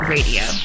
Radio